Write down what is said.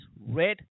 red